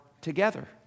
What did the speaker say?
together